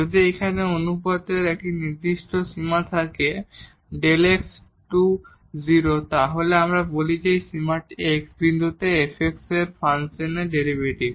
যদি এখানে এই অনুপাতের একটি নির্দিষ্ট সীমা থাকে Δ x → 0 তাহলে আমরা বলি যে এই সীমাটি x বিন্দুতে f ফাংশনের ডেরিভেটিভ